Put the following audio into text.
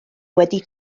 wedi